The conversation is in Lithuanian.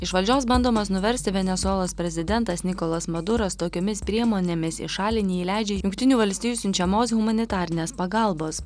iš valdžios bandomas nuversti venesuelos prezidentas nikolas maduras tokiomis priemonėmis į šalį neįleidžia jungtinių valstijų siunčiamos humanitarinės pagalbos